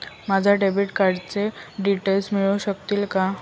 माझ्या डेबिट कार्डचे डिटेल्स मिळू शकतील का?